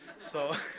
so